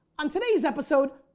on today's episode,